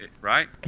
right